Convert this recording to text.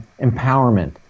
empowerment